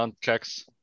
checks